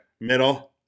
Middle